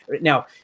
Now